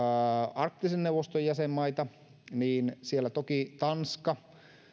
arktisen neuvoston jäsenmaita niin siellä toki tanska